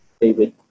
David